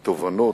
תובנות,